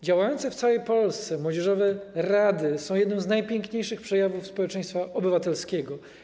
Działające w całej Polsce młodzieżowe rady to jeden z najpiękniejszych przejawów społeczeństwa obywatelskiego.